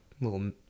little